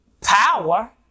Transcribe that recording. power